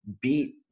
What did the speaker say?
beat